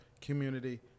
community